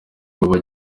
iwawa